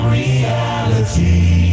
reality